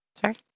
Sorry